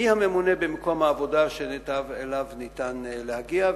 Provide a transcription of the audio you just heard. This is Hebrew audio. מי הממונה במקום העבודה שאליו ניתן להגיע,